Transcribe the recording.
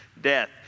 death